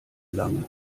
lange